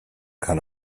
kann